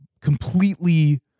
completely